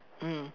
mm